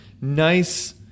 nice